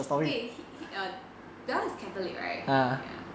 wait he he a dell is catholic right ya